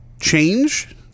change